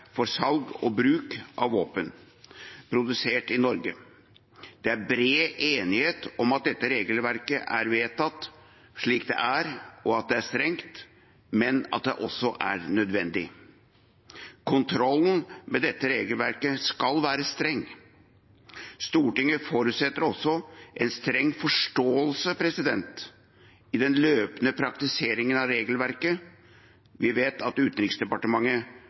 for salg og bruk av våpen produsert i Norge. Det er bred enighet om at dette regelverket er vedtatt slik det er, og at det er strengt, men at det også er nødvendig. Kontrollen med dette regelverket skal være streng. Stortinget forutsetter også en streng forståelse i den løpende praktiseringen av regelverket. Vi vet at Utenriksdepartementet